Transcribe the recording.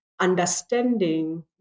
understanding